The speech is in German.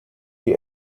die